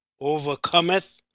overcometh